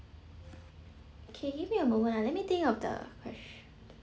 okay give me a moment ah let me think of the